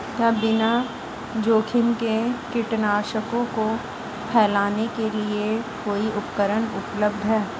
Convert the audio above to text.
क्या बिना जोखिम के कीटनाशकों को फैलाने के लिए कोई उपकरण उपलब्ध है?